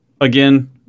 again